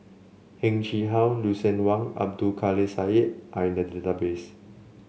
Heng Chee How Lucien Wang Abdul Kadir Syed are in the database